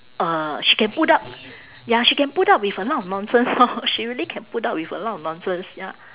uh she can put up ya she can put up with a lot of nonsense lor she really can put up with a lot of nonsense ya